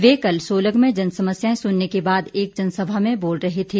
वे कल सोलग में जनसमस्याएं सुनने के बाद एक जनसभा में बोल रहे थे